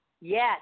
Yes